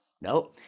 No